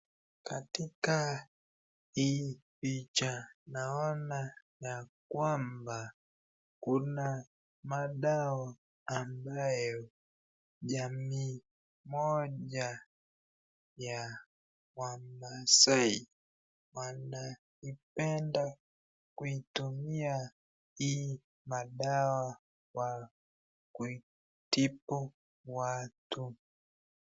Katika hii picha naona ya kwamba kuna madawa ambayo jamii moja ya wamaasai, wanaipenda kuitumia hii madawa kwa kuitibu watu.